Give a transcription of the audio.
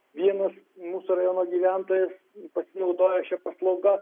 vienas mūsų rajono gyventojas pasinaudojo šia paslauga